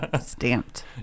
stamped